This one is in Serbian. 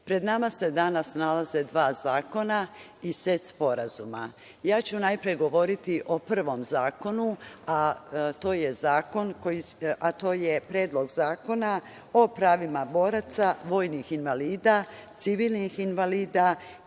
nama se danas nalaze dva zakona i set sporazuma. Najpre ću govoriti o prvom zakonu, a to je Predlog zakona o pravima boraca, vojnih invalida, civilnih invalida